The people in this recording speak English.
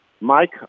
Mike